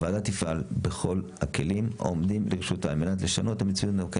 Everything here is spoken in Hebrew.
הוועדה תפעל בכל הכלים העומדים ברשותה על מנת לשנות את המציאות הקיימת